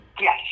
Yes